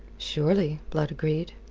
surely, blood agreed.